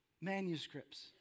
manuscripts